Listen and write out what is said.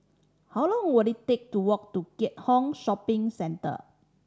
how long will it take to walk to Keat Hong Shopping Centre